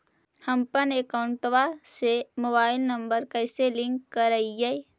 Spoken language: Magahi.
हमपन अकौउतवा से मोबाईल नंबर कैसे लिंक करैइय?